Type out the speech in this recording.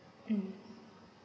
um